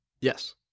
yes